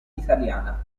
italiana